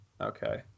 Okay